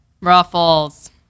Ruffles